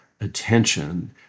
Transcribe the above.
attention